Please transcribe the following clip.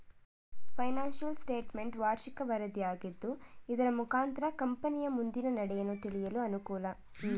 financial statement ವಾರ್ಷಿಕ ವರದಿಯಾಗಿದ್ದು ಇದರ ಮುಖಾಂತರ ಕಂಪನಿಯ ಮುಂದಿನ ನಡೆಯನ್ನು ತಿಳಿಯಲು ಅನುಕೂಲ